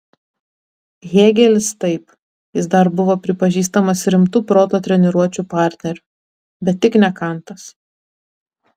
hėgelis taip jis dar buvo pripažįstamas rimtu proto treniruočių partneriu bet tik ne kantas